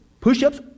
Push-ups